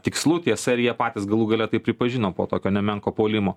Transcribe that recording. tikslu tiesa ir jie patys galų gale tai pripažino po tokio nemenko puolimo